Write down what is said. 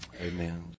Amen